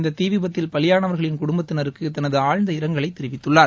இந்த தீ விபத்தில் பலியானவர்களின் குடும்பத்தினருக்கு தனது ஆழ்ந்த இரங்கலை தெரிவித்துள்ளார்